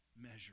measure